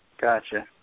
Gotcha